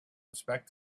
inspect